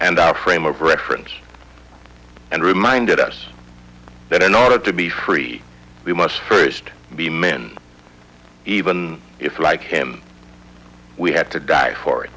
and our frame of reference and reminded us that in order to be free we must first be men even if like him we have to die for it